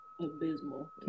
abysmal